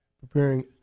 preparing